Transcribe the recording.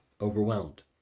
overwhelmed